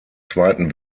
zweiten